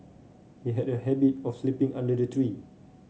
he had a habit of sleeping under the tree